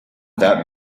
that